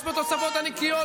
זה תקציב רע,